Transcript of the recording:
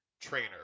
trainer